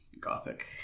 gothic